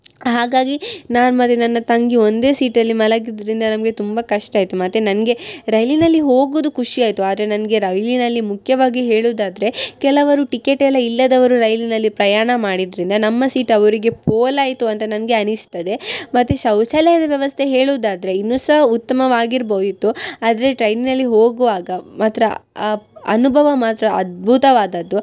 ಹಾಗಾಗಿ ನಾನು ಮತ್ತು ನನ್ನ ತಂಗಿ ಒಂದೇ ಸೀಟಲ್ಲಿ ಮಲಗಿದ್ದರಿಂದ ನಮಗೆ ತುಂಬ ಕಷ್ಟ ಆಯಿತು ಮತ್ತು ನನಗೆ ರೈಲಿನಲ್ಲಿ ಹೋಗುವುದು ಖುಷಿಯಾಯಿತು ಆದರೆ ನನಗೆ ರೈಲಿನಲ್ಲಿ ಮುಖ್ಯವಾಗಿ ಹೇಳುದಾದರೆ ಕೆಲವರು ಟಿಕೆಟ್ ಎಲ್ಲ ಇಲ್ಲದವರು ರೈಲಿನಲ್ಲಿ ಪ್ರಯಾಣ ಮಾಡಿದ್ದರಿಂದ ನಮ್ಮ ಸೀಟ್ ಅವರಿಗೆ ಪೋಲು ಆಯಿತು ಅಂತ ನನಗೆ ಅನಿಸ್ತದೆ ಮತ್ತು ಶೌಚಾಲಯದ ವ್ಯವಸ್ಥೆ ಹೇಳುವುದಾದರೆ ಇನ್ನೂ ಸಹ ಉತ್ತಮವಾಗಿ ಇರ್ಬೋದಿತ್ತು ಆದರೆ ಟ್ರೈನಿನಲ್ಲಿ ಹೋಗುವಾಗ ಮಾತ್ರ ಆ ಅನುಭವ ಮಾತ್ರ ಅದ್ಬುತವಾದದ್ದು